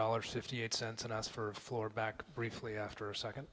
dollars fifty eight cents an ounce for floor back briefly after a second